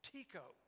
Tico